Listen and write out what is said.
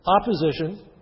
opposition